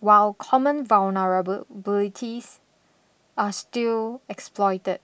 while common vulnerabilities are still exploited